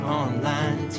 online